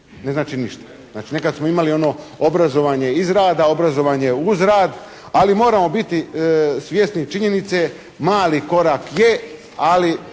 Ne znači ništa. Znači nekad smo imali ono obrazovanje iz rada, obrazovanje uz rad, ali moramo biti svjesni činjenice mali korak je, ali